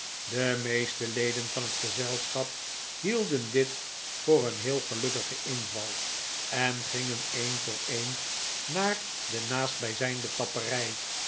de meeste leden van het gezelschap hielden dit voor een heel gelukkigen inval en gingen een voor een naar de naastbijzijnde tapperij